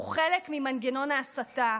הוא חלק ממנגנון ההסתה,